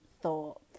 thought